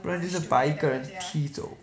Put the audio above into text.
不然就是把一个人踢走